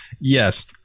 Yes